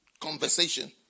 conversation